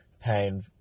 Paying